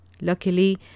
Luckily